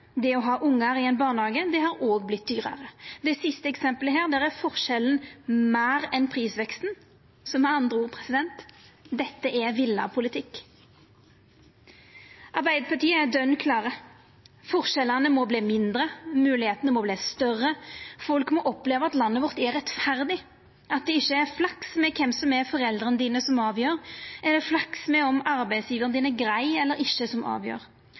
det å ha ungar i ein barnehage har òg vorte dyrare. I det siste eksempelet er forskjellen større enn prisveksten, så med andre ord er dette ein villa politikk. Arbeidarpartiet er dønn klare: Forskjellane må verta mindre, moglegheitene må verta større, folk må oppleva at landet vårt er rettferdig, at det ikkje er flaks med omsyn til kven som er foreldra dine, som avgjer, eller flaks med omsyn til om arbeidsgjevaren din er grei eller ikkje, som avgjer,